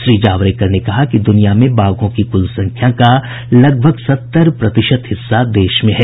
श्री जावड़ेकर ने कहा कि दुनिया में बाघों की कुल संख्या का लगभग सत्तर प्रतिशत हिस्सा देश में है